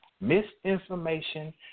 Misinformation